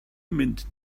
mint